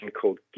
called